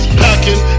packing